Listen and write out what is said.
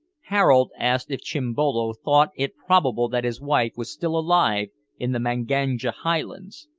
harold asked if chimbolo thought it probable that his wife was still alive in the manganja highlands.